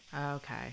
okay